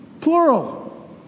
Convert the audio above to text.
plural